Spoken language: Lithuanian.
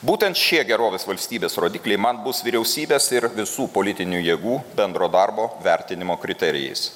būtent šie gerovės valstybės rodikliai man bus vyriausybės ir visų politinių jėgų bendro darbo vertinimo kriterijais